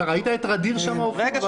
אתה ראית את ע'דיר שם, אופיר?